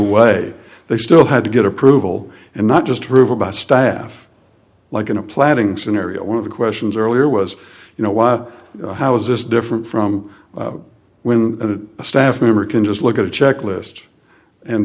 way they still had to get approval and not just prove about staff like in a planning scenario one of the questions earlier was you know why how is this different from when i did a staff member can just look at a checklist and